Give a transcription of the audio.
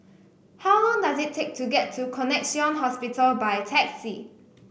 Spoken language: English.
how long does it take to get to Connexion Hospital by taxi